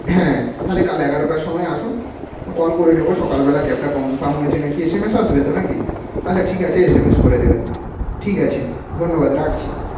হ্যাঁ থালে কাল এগারোটার সময় আসুন কল করে নেব সকাল বেলা ক্যাবটা কনফার্ম হয়েছে না কি এসএমএস আসবে তো না কি আচ্ছা ঠিক আছে এস এম এস করে দেবেন ঠিক আছে ধন্যবাদ রাখছি